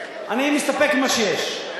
אני מסתפק במה שיש.